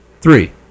Three